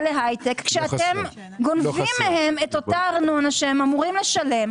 להייטק כשאתם גונבים מהם אותה ארנונה שהם אמורים לשלם?